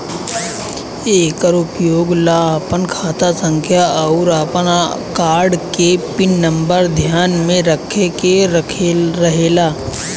एकर उपयोग ला आपन खाता संख्या आउर आपन कार्ड के पिन नम्बर ध्यान में रखे के रहेला